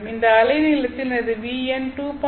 இந்த அலை நீளத்தில் எனது V எண் 2